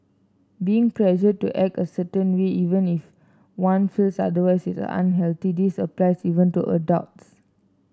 being pressured to act a certain way even if one feels otherwise is unhealthy this applies even to adults